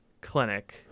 clinic